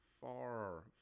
Far